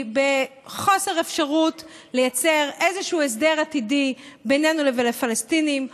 בחוסר אפשרות לייצר איזשהו הסדר עתידי בינינו לבין הפלסטינים,